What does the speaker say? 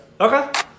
Okay